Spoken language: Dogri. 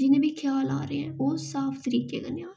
जि'यां मी ख्याल आ दे ऐं ओह् साफ तरीके कन्नै औन